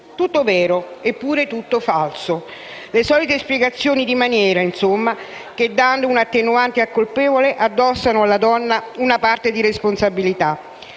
Tutto vero, eppure tutto falso. Le solite spiegazioni di maniera, insomma, che, dando una attenuante al colpevole, addossano alla donna una parte di responsabilità.